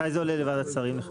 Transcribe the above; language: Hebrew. מתי זה עולה לוועדת שרים?